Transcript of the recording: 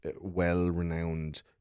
well-renowned